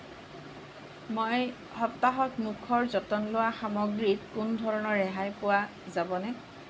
মই সপ্তাহত মুখৰ যতন লোৱা সামগ্ৰীত কোনো ধৰণৰ ৰেহাই পোৱা যাবনে